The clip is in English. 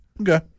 Okay